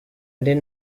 did